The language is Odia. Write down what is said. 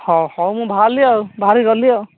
ହଉ ହଉ ମୁଁ ବାହାରିଲି ଆଉ ବାହାରିକି ଗଲି ଆଉ